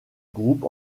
groupe